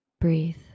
Breathe